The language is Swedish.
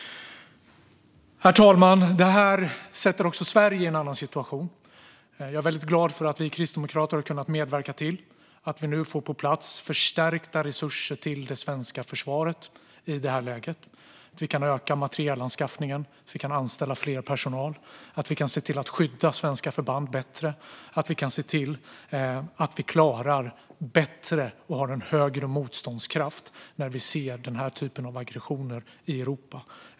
Herr talman! Det här sätter också Sverige i en annan situation. Jag är glad att vi kristdemokrater har kunnat medverka till att få på plats förstärkta resurser till det svenska försvaret i det här läget. Nu kan vi öka materielanskaffningen och kan anställa fler, se till att skydda svenska förband bättre och att ha bättre och högre motståndskraft när vi ser den här typen av aggressioner i Europa.